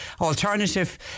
alternative